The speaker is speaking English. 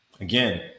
again